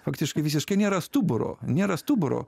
faktiškai visiškai nėra stuburo nėra stuburo